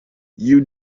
you